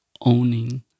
owning